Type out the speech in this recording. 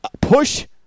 push